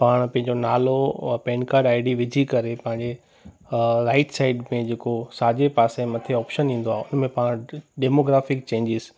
पाण पंहिंजो नालो ऐं पेन कार्ड आई डी विझी करे पंहिंजी राइड साइड में जेको साॼे पासे मथे ऑप्शन ईंदो आहे उनमें पाण डेमोग्राफ़िक चेंजिस